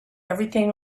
everything